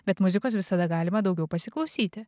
bet muzikos visada galima daugiau pasiklausyti